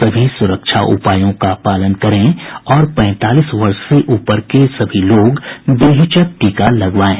सभी सुरक्षा उपायों का पालन करें और पैंतालीस वर्ष से ऊपर के सभी लोग बेहिचक टीका लगवाएं